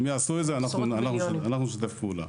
אם יעשו את זה אנחנו נשתף פעולה.